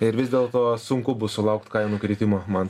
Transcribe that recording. ir vis dėl to sunku bus sulaukt kainų kritimo man